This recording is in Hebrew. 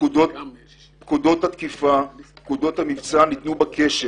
פקודות התקיפה נתנו בקשר